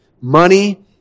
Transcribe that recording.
Money